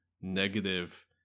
negative